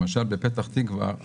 למשל בפתח תקווה,